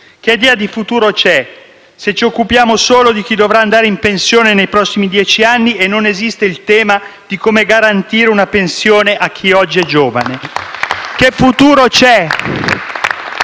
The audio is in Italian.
Che idea di futuro c'è se ci occupiamo solo di chi dovrà andare in pensione nei prossimi dieci anni e non esiste il tema di come garantire una pensione a chi oggi è giovane? *(Applausi dal